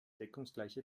deckungsgleiche